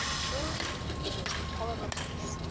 truly it was a horrible place,